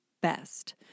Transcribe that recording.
best